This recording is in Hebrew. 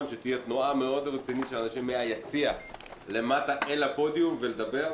שתהיה תנועה רצינית מאוד מהיציע למטה אל הפודיום לדבר.